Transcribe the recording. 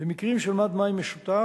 במקרים של מד מים משותף,